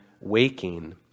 waking